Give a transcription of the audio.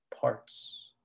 parts